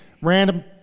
Random